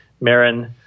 Marin